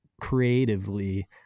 creatively